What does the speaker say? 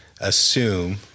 assume